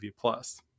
Plus